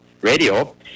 radio